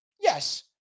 Yes